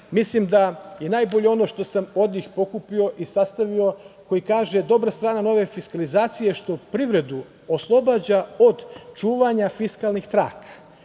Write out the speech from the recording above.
Mislim da je najbolje ono što sam od njih pokupio i sastavio koji kaže, dobra strana nove fiskalizacije što privredu oslobađa od čuvanja fiskalnih traka